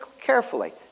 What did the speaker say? carefully